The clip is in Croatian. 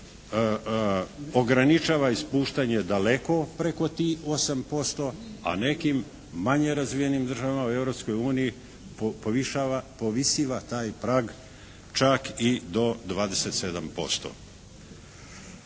ograničava ispuštanje daleko preko tih 8%, a nekim manje razvijem državama u Europskoj uniji povisiva taj prag čak i do 27%.